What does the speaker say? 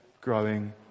growing